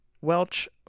Welch